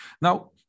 Now